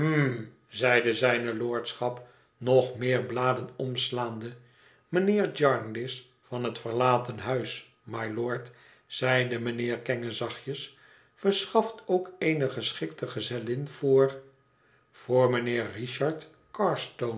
zijne lordschap nog meer bladen omslaande mijnheer jarndyce van het verlaten huis mylord zeide mijnheer kenge zachtjes verschaft ook eene geschikte gezellin voor voor mijnheer richard